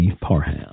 Parham